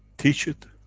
teach it.